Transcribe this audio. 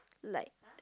like